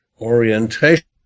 orientation